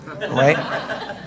Right